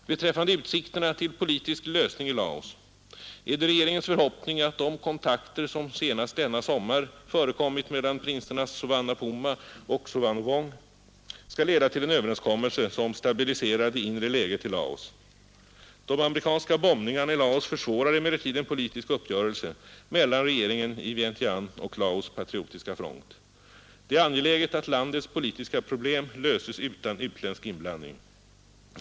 Beträffande utsikterna till politisk lösning i Laos är det regeringens förhoppning att de kontakter som senast denna sommar förekommit mellan prinsarna Souvanna Phouma och Souphanouvong skall leda till en överenskommelse, som stabiliserar det inre läget i Laos. De amerikanska bombningarna i Laos försvårar emellertid en politisk uppgörelse mellan regeringen i Vientiane och Laos patriotiska front. Det är angeläget att landets politiska problem löses utan utländsk inblandning.